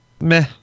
Meh